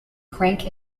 crank